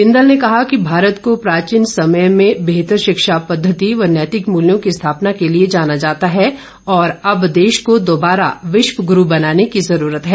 बिंदल ने कहा कि भारत को प्राचीन समय में बेहतर शिक्षा पद्धति व नैतिक मुल्यों की स्थापना के लिए जाना जाता था और अब देश को दोबारा विश्व गुरू बनाने की जरूरत है